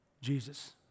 Jesus